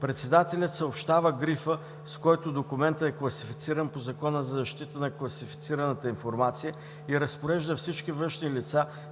Председателят съобщава грифа, с който документът е класифициран по Закона за защита на класифицираната информация и разпорежда всички външни лица